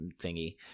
thingy